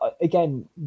again